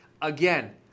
Again